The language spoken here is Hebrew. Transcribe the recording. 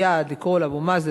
מייד לקרוא לאבו מאזן,